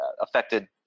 affected